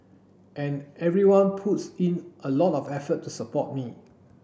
and everyone puts in a lot of effort to support me